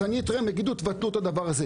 אני אתרעם, יגידו תבטלו את הדבר הזה.